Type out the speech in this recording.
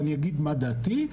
ואני אגיד מה דעתי.